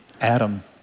Adam